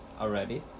already